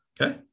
Okay